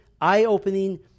eye-opening